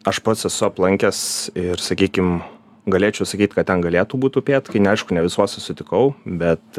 aš pats esu aplankęs ir sakykim galėčiau sakyt kad ten galėtų būt upėtakiai ne aišku ne visuose sutikau bet